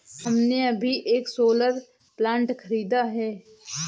हमने अभी एक सोलर प्लांट खरीदा है